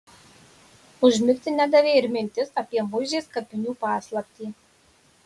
užmigti nedavė ir mintis apie muižės kapinių paslaptį